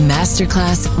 Masterclass